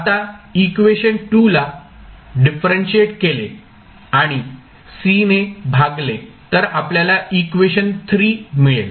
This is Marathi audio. आता इक्वेशन ला डिफरंशिएट केले आणि C ने भागले तर आपल्याला इक्वेशन मिळेल